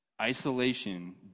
Isolation